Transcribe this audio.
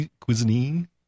cuisine